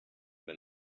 wenn